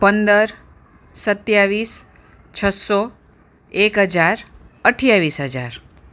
પંદર સત્યાવીસ છસો એક હજાર અઠ્ઠાવીસ હજાર